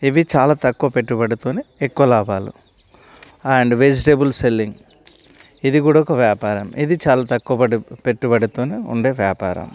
ఇవి చాలా తక్కువ పెట్టుబడితోనే ఎక్కువ లాభాలు అండ్ వెజిటబుల్ సెల్లింగ్ ఇది కూడా ఒక వ్యాపారం ఇది చాలా తక్కుబడి పెట్టుబడితోనే ఉండే వ్యాపారం